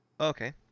Okay